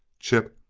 chip,